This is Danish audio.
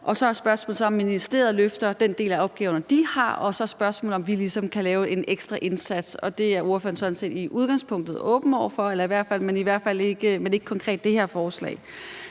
Så er spørgsmålet, om ministeriet løfter den del af opgaverne, de har. Og så er spørgsmålet, om vi ligesom kan lave en ekstra indsats, og det er ordføreren sådan set i udgangspunktet åben over for, men ikke konkret det her forslag.